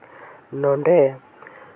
ᱱᱚᱸᱰᱮ